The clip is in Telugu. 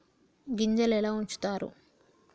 గింజలు ఎలా ఉంచుతారు?